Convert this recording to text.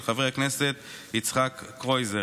של חבר הכנסת יצחק קרויזר.